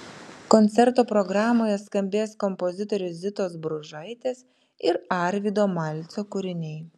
koncerto programoje skambės kompozitorių zitos bružaitės ir arvydo malcio kūriniai